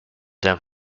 them